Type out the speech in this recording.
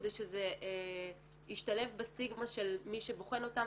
כדי שזה ישתלב בסטיגמה של מי שבוחן אותן